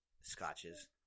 scotches